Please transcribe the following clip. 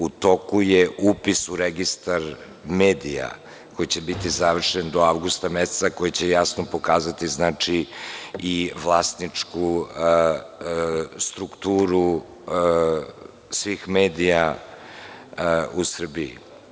U toku je upis u registar medija, koji će biti završen do avgusta meseca, koji će jasno pokazati i vlasničku strukturu svih medija u Srbiji.